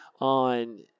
on